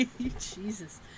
Jesus